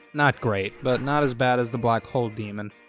not great, but not as bad as the black hole demon.